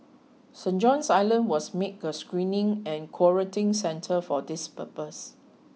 Saint John's Island was made a screening and quarantine centre for this purpose